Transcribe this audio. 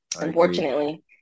unfortunately